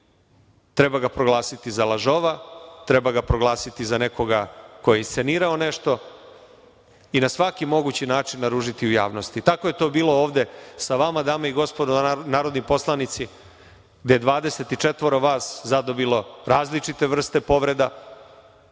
treba ga proglasiti za lažova, treba ga proglasiti za nekoga ko je iscenirao nešto i na svaki mogući način naružiti u javnosti. Tako je to bilo ovde sa vama dame i gospodo narodni poslanici, gde je 24 vas zadobilo različite vrste povreda,